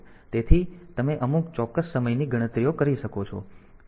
તેથી તમે અમુક ચોક્કસ સમયની ગણતરીઓ કરી શકો છો